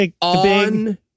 on